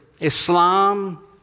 Islam